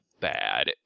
bad